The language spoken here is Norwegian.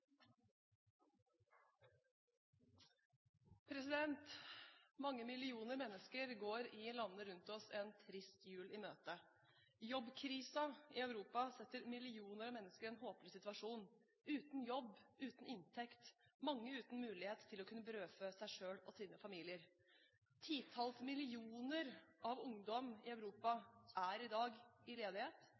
en trist jul i møte. Jobbkrisen i Europa setter millioner av mennesker i en håpløs situasjon – uten jobb, uten inntekt, mange uten mulighet til å kunne brødfø seg selv og sine familier. Titalls millioner av ungdom i Europa er i dag i ledighet,